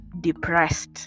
depressed